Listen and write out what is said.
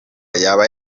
yaba